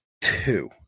two